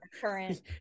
current